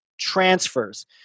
transfers